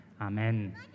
Amen